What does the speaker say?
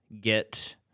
get